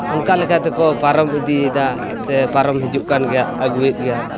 ᱚᱱᱠᱟ ᱞᱮᱠᱟᱛᱮ ᱠᱚ ᱯᱟᱨᱚᱢ ᱤᱫᱤᱭᱮᱫᱟ ᱥᱮ ᱯᱟᱨᱚᱢ ᱦᱤᱡᱩᱜ ᱠᱟᱱ ᱜᱮᱭᱟ ᱟᱹᱜᱩᱭᱮᱫ ᱜᱮᱭᱟ